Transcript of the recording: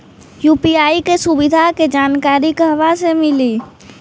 UPI के सुविधा के जानकारी कहवा से मिली?